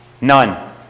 None